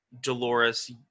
Dolores